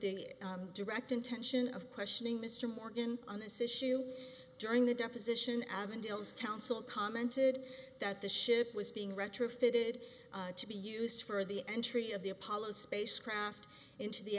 the direct intention of questioning mr morgan on this issue during the deposition avondale counsel commented that the ship was being retrofitted to be used for the entry of the apollo spacecraft into the